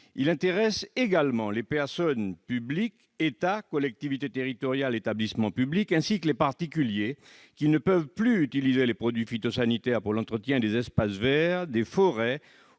Il intéresse les personnes publiques- État, collectivités territoriales et établissements publics -comme les particuliers, qui ne peuvent plus utiliser de produits phytosanitaires pour l'entretien des espaces verts, des forêts